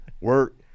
work